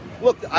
Look